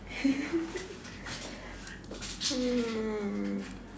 hmm